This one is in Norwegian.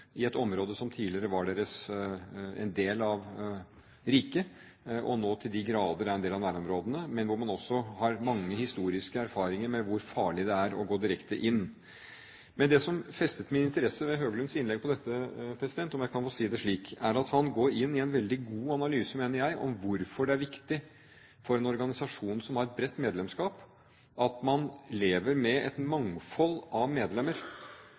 i et område som tidligere var en del av riket, og nå til de grader er en del av nærområdene, men hvor man også har mange historiske erfaringer med hvor farlig det er å gå direkte inn. Men det som festet min interesse ved Høglunds innlegg om dette, om jeg kan få si det slik, er at han går inn i en veldig god analyse – mener jeg – om hvorfor det er viktig for en organisasjon som har et bredt medlemskap, at man lever med et mangfold av medlemmer,